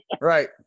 right